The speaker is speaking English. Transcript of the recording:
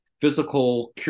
physical